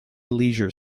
leisure